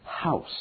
house